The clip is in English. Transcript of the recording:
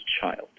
child